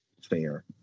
fair